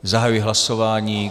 Zahajuji hlasování.